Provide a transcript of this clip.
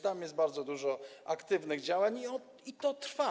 Tam jest bardzo dużo aktywnych działań i to trwa.